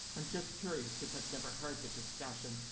and just curious because i never heard the discussion.